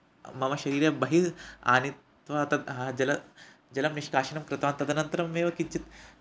मम शरीरे बहिरानीत्वा तद् जलं जलं निष्कासनं कृतवान् तदनन्तरमेव किञ्चित्